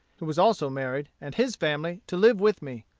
who was also married, and his family, to live with me.